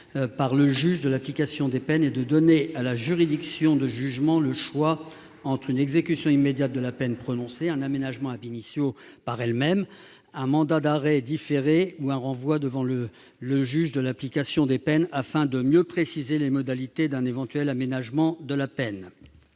par le juge de l'application des peines et de donner à la juridiction de jugement le choix entre une exécution immédiate de la peine prononcée, un aménagement par elle-même, un mandat d'arrêt différé ou un renvoi devant le juge de l'application des peines afin de mieux préciser les modalités d'un éventuel aménagement de peine.